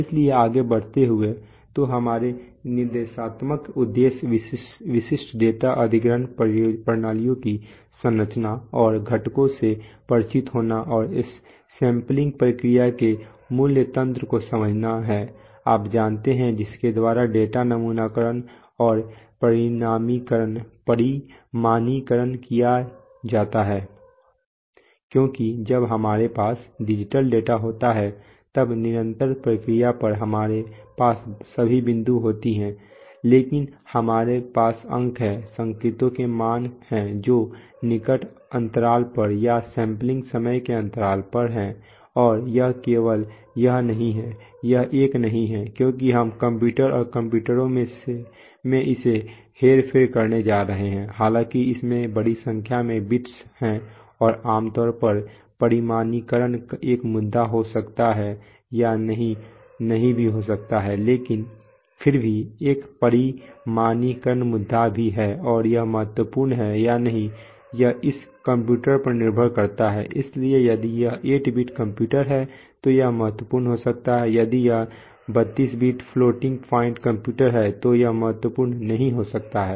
इसलिए आगे बढ़ते हुए तो हमारा निर्देशात्मक उद्देश्य विशिष्ट डेटा अधिग्रहण प्रणालियों की संरचना और घटकों से परिचित होना और सेंपलिंग प्रक्रिया के मूल तंत्र को समझना है आप जानते हैं जिसके द्वारा डेटा नमूनाकरण और परिमाणीकरण किया जाता है क्योंकि जब हमारे पास डिजिटल डेटा होता है तब निरंतर प्रक्रिया पर हमारे पास सभी बिंदु नहीं होती लेकिन हमारे पास अंक हैं संकेतों के मान हैं जो निकट अंतराल पर या सेंपलिंग समय के अंतराल पर हैं और यह केवल यह नहीं है यह एक नहीं है क्योंकि हम कंप्यूटर और कंप्यूटर में इसे हेरफेर करने जा रहे हैं हालांकि इसमें बड़ी संख्या में बिट्स हैं और आमतौर पर परिमाणीकरण एक मुद्दा हो सकता है या नहीं भी हो सकता है लेकिन फिर भी एक परिमाणीकरण मुद्दा भी है और यह महत्वपूर्ण है या नहीं यह इस कंप्यूटर पर निर्भर करता है इसलिए यदि यह 8 बिट कंप्यूटर है तो यह महत्वपूर्ण हो सकता है यदि यह 32 बिट फ्लोटिंग पॉइंट कंप्यूटर है तो यह महत्वपूर्ण नहीं हो सकता है